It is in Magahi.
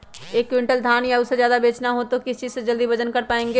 एक क्विंटल धान या उससे ज्यादा बेचना हो तो किस चीज से जल्दी वजन कर पायेंगे?